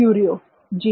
क्युरिओ जी